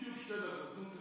לכבודך בדיוק שתי דקות.